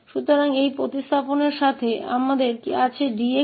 तो इस प्रतिस्थापन के लिए जा रहे हैं यह 1S1 और वहाँ एक s है